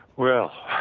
well,